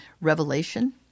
revelation